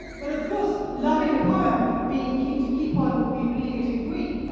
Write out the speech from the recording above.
but of course, loving the poem and being keen to keep on re-reading it in greek,